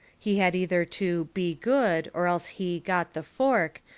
he had either to be good or else he got the fork,